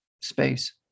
space